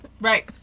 Right